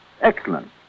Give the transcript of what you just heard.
Excellent